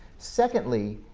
secondly,